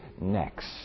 next